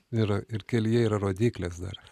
ir a ir kelyje yra rodyklės dar